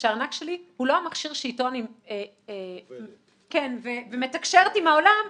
שהארנק שלי הוא לא המכשיר שאתו אני מתקשרת עם העולם,